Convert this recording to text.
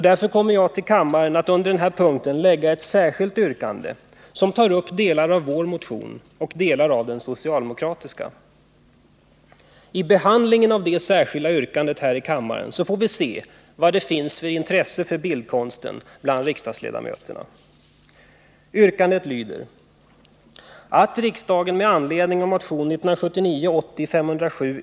Därför kommer jag att vid denna punkt förelägga kammaren ett särskilt yrkande där delar av vår motion och delar av den socialdemokratiska motionen tas upp. Vid behandlingen av detta särskilda yrkande här i kammaren får vi se vad det finns för intresse för bildkonsten bland ledamöterna.